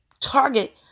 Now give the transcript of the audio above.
target